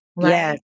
Yes